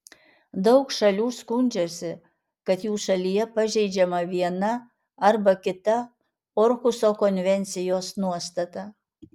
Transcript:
daug šalių skundžiasi kad jų šalyje pažeidžiama viena arba kita orhuso konvencijos nuostata